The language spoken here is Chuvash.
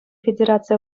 федераци